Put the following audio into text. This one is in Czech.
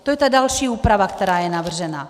To je ta další úprava, která je navržena.